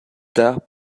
tard